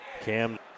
Cam